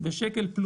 נמכרת ביותר משקל.